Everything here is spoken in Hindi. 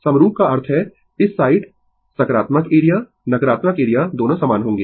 समरूप का अर्थ है इस साइड सकारात्मक एरिया नकारात्मक एरिया दोनों समान होंगें